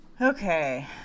okay